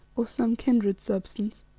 or some kindred substance.